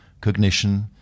cognition